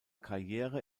karriere